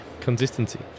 Consistency